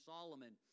Solomon